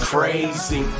Crazy